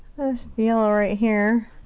yellow right here.